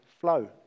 flow